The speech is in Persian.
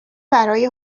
برای